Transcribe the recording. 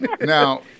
Now